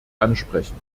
ansprechen